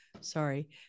sorry